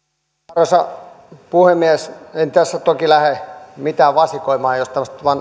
arvoisa puhemies en tässä toki lähde mitään vasikoimaan jos